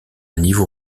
niveau